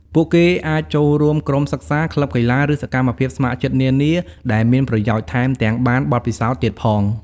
ពួកគេអាចចូលរួមក្រុមសិក្សា ក្លឹបកីឡា ឬសកម្មភាពស្ម័គ្រចិត្តនានាដែលមានប្រយោជន៍ ថែមទាំងបានបទពិសោធន៍ទៀតផង។